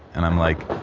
and i'm like,